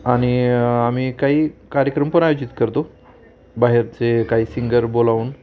आणि आम्ही काही कार्यक्रमपण आयोजित करतो बाहेरचे काही सिंगर बोलावून